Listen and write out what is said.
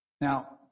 Now